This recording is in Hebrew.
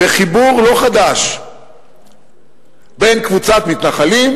בחיבור לא חדש בין קבוצת מתנחלים,